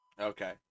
Okay